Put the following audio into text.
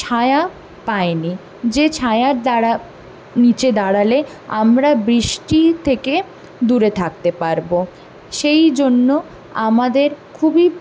ছায়া পাইনি যে ছায়ার দ্বারা নীচে দাঁড়ালে আমরা বৃষ্টি থেকে দূরে থাকতে পারবো সেইজন্য আমাদের খুবই